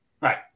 Right